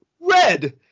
red